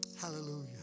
Hallelujah